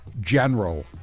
General